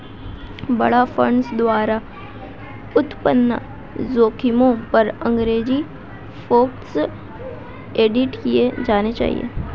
बाड़ा फंड्स द्वारा उत्पन्न जोखिमों पर अंग्रेजी फोकस्ड ऑडिट किए जाने चाहिए